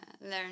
learn